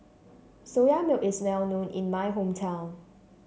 Soya Milk is well known in my hometown